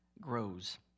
grows